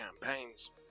campaigns